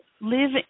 live